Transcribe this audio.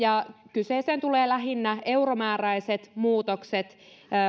kyseeseen tulevat lähinnä euromääräiset muutokset